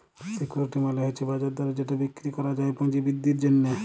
security মালে হছে বাজার দরে যেট বিক্কিরি ক্যরা যায় পুঁজি বিদ্ধির জ্যনহে